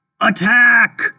Attack